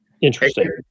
interesting